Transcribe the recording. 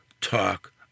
talk